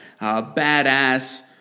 badass